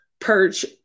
perch